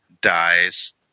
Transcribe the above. dies